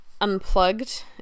unplugged